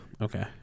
okay